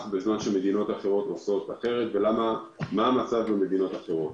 בזמן שמדינות אחרות עושות אחרת ומה המצב במדינות אחרות.